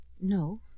No